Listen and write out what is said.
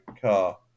car